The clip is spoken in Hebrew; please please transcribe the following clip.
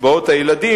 וקצבאות הילדים,